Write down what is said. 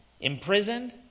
Imprisoned